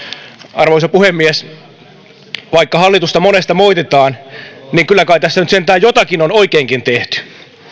arvoisa puhemies vaikka hallitusta monesta moititaan niin kyllä kai tässä nyt sentään jotakin on oikeinkin tehty